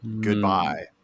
Goodbye